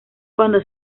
cuando